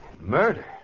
Murder